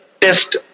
test